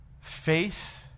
faith